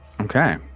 okay